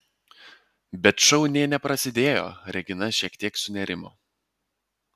bet šou nė neprasidėjo regina šiek tiek sunerimo